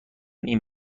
این